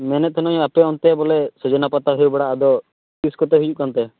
ᱢᱮᱱᱮᱫ ᱛᱟᱦᱮᱱᱟᱹᱧ ᱟᱯᱮ ᱚᱱᱛᱮ ᱵᱚᱞᱮ ᱥᱚᱡᱱᱟ ᱯᱟᱛᱟ ᱦᱩᱭ ᱵᱟᱲᱟᱜᱼᱟ ᱟᱫᱚ ᱛᱤᱥ ᱠᱚᱛᱮ ᱦᱩᱭᱩᱜ ᱠᱟᱱ ᱛᱮ